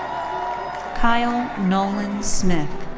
kyle nolan smith.